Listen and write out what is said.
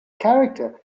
character